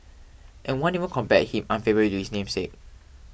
and one even compared him unfavourably to his namesake